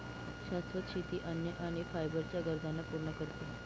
शाश्वत शेती अन्न आणि फायबर च्या गरजांना पूर्ण करते